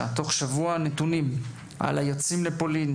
תוך שבוע נתונים על מספר היוצאים לפולין,